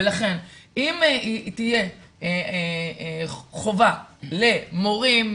לכן אם תהיה חובה למורים,